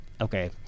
okay